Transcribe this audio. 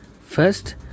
First